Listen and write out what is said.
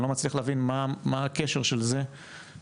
אני לא מצליח להבין מה הקשר של זה לעניין,